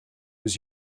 was